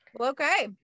okay